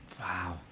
Wow